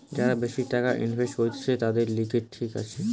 যারা বেশি টাকা ইনভেস্ট করতিছে, তাদের লিগে ঠিক আছে